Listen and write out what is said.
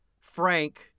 Frank